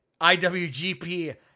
IWGP